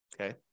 Okay